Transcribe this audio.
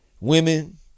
women